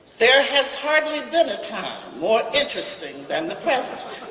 there has hardly been a time more interesting than the present.